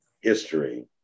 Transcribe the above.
history